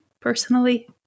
personally